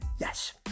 Yes